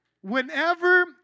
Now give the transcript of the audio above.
Whenever